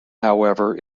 however